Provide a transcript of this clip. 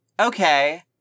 Okay